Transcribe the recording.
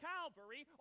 Calvary